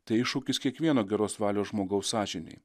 tai iššūkis kiekvieno geros valios žmogaus sąžinei